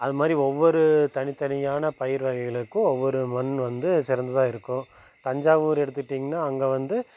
அது மாதிரி ஒவ்வொரு தனி தனியான பயிர் வகைகளுக்கும் ஒவ்வொரு மண் வந்து சிறந்ததாக இருக்கும் தஞ்சாவூர் எடுத்திட்டீங்கனா அங்கே வந்து